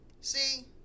See